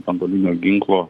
branduolinio ginklo